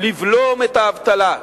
לבלום את האבטלה,